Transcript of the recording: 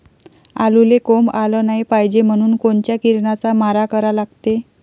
आलूले कोंब आलं नाई पायजे म्हनून कोनच्या किरनाचा मारा करा लागते?